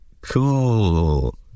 cool